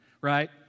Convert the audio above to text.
Right